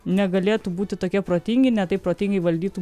negalėtų būti tokie protingi ne taip protingai valdytų